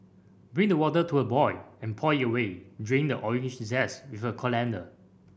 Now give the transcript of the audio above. bring the water to a boil and pour it away draining the orange zest with a colander